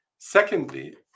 Secondly